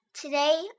Today